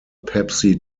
pepsi